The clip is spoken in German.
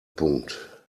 punkt